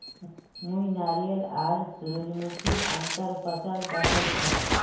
मुई नारियल आर सूरजमुखीर अंतर फसल दखल छी